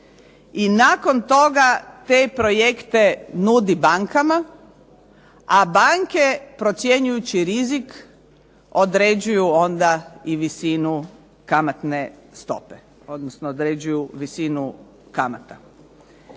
i nakon toga te projekte nudi bankama, a banke procjenjujući rizik određuju onda i visinu kamatne stope, odnosno određuju visinu kamata.